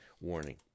warning